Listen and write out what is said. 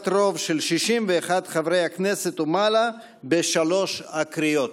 רוב של 61 חברי כנסת ומעלה בשלוש הקריאות.